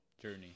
journey